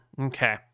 Okay